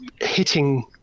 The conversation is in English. hitting